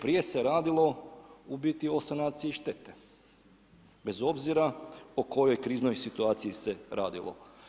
Prije se radilo u biti o sanaciji štete, bez obzira o kojoj kriznoj situaciji se radilo.